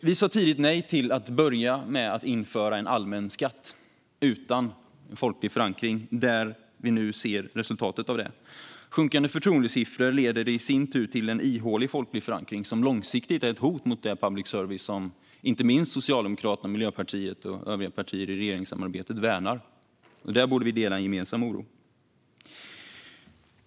Vi sa tidigt nej till att införa en allmän skatt utan folklig förankring, som vi nu ser resultatet av. Sjunkande förtroendesiffror leder i sin tur till en ihålig folklig förankring, som långsiktigt är ett hot mot den public service som inte minst Socialdemokraterna, Miljöpartiet och övriga partier i regeringssamarbetet värnar. Där borde vi dela en oro.